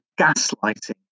gaslighting